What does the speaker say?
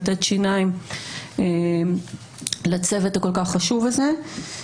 ולתת שיניים לצוות הכול כך חשוב הזה.